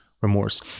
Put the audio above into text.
remorse